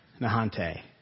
Nahante